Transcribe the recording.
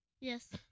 Yes